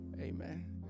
Amen